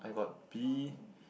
I got B